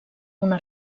una